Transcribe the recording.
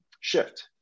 shift